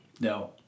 No